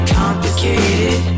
complicated